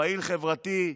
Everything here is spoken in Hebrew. פעיל חברתי,